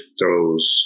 throws